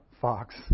fox